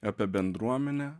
apie bendruomenę